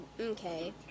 okay